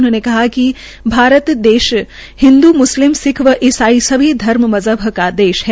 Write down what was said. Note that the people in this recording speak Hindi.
उन्होंनें कहा कि भारत देश हिन्दु म्स्लिम सिख व इसाई सभी धर्म मजहब का देश हैं